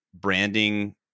branding